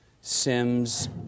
Sims